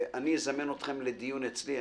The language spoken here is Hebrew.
אזמן אתכם לדיון אצלי.